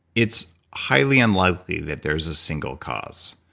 it's highly unlikely that there is a single cause.